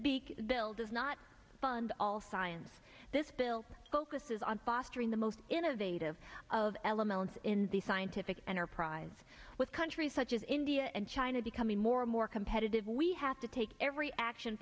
does not fund all science this bill focuses on fostering the most innovative of elements in the scientific enterprise with countries such as india and china becoming more and more competitive we have to take every action